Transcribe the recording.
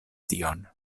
tion